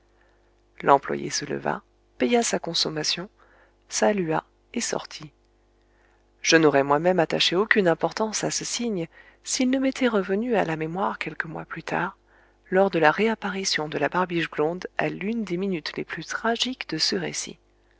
l'employé se leva paya sa consommation salua et sortit je n'aurais moi-même attaché aucune importance à ce signe s'il ne m'était revenu à la mémoire quelques mois plus tard lors de la réapparition de la barbiche blonde à l'une des minutes les plus tragiques de ce récit